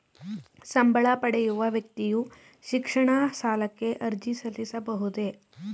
ಸಂಬಳ ಪಡೆಯುವ ವ್ಯಕ್ತಿಯು ಶಿಕ್ಷಣ ಸಾಲಕ್ಕೆ ಅರ್ಜಿ ಸಲ್ಲಿಸಬಹುದೇ?